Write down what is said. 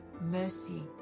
mercy